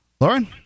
Lauren